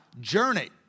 journey